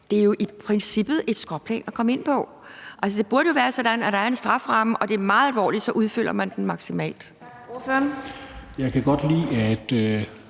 Det er jo i princippet et skråplan at komme ind på. Det burde jo være sådan, at der er en strafferamme, og når det er meget alvorligt, udfylder man den maksimalt. Kl. 16:45 Fjerde